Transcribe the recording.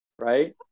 Right